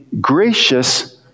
gracious